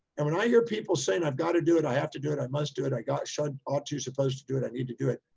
and when i hear people saying, i've got to do it, i have to do it. i must do it. i got, should, ought to, supposed to do it, i need to do it',